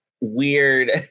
weird